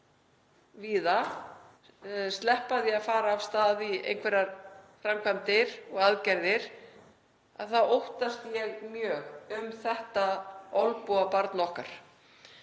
víða, sleppa því að fara af stað í einhverjar framkvæmdir og aðgerðir, þá óttast ég mjög um þetta olnbogabarn okkar,